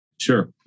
Sure